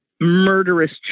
murderous